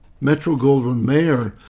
Metro-Goldwyn-Mayer